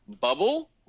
bubble